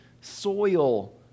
soil